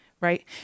right